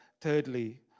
thirdly